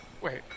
Wait